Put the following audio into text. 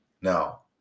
Now